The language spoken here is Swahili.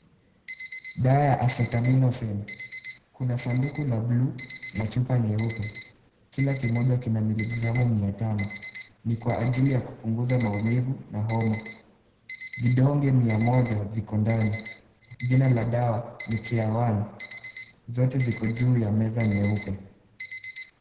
Dawa ya Acetaminophen. kuna sanduku la buluu na chupa nyeupe, kila kimoja kina miligramu mia tano, ni kwa ajili ya kupunguza maumivu na homa. Vidonge mia moja viko ndani. Jina la dawa ni Careone. Zote ziko juu ya meza nyeupe.